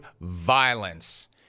violence